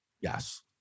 Yes